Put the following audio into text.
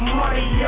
money